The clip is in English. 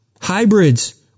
hybrids